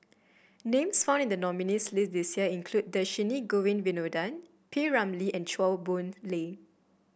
names found in the nominees' list this year include Dhershini Govin Winodan P Ramlee and Chua Boon Lay